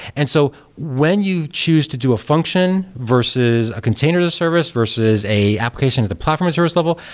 and so when you choose to do a function versus a container as a service versus a application at the platform service level,